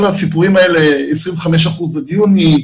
כל הסיפורים האלה על 25 אחוזים עד יוני,